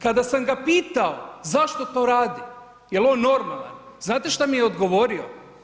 Kada sam ga pitao zašto to radi je li on normalan, znate šta mi je odgovorio?